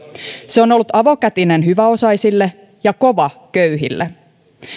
se on ollut avokätinen hyväosaisille ja kova köyhille